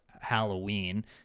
Halloween